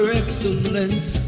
excellence